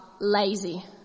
lazy